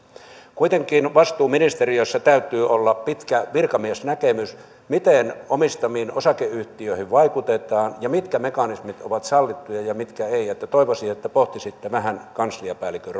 kuitenkin vastuuministeriössä täytyy olla pitkä virkamiesnäkemys siitä miten omistuksessa oleviin osakeyhtiöihin vaikutetaan ja mitkä mekanismit ovat sallittuja ja mitkä eivät toivoisin että pohtisitte vähän kansliapäällikön